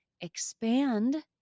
expand